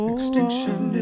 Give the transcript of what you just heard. Extinction